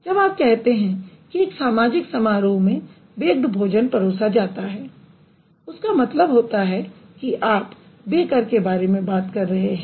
जब आप कहते हैं कि एक सामाजिक समारोह में बेक्ड भोजन परोसा जाता है उसका मतलब होता है कि आप बेकर के बारे में बात कर रहे हैं